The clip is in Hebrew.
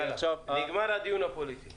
הדיון הפוליטי נגמר.